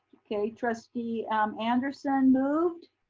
okay, trustee anderson moved.